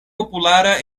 populara